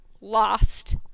lost